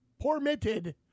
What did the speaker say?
permitted